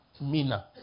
Mina